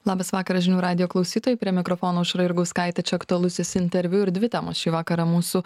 labas vakaras žinių radijo klausytojai prie mikrofono aušra jurgauskaitė čia aktualusis interviu ir dvi temos šį vakarą mūsų